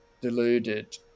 deluded